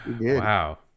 wow